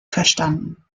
verstanden